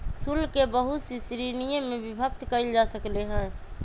शुल्क के बहुत सी श्रीणिय में विभक्त कइल जा सकले है